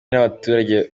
n’abaturage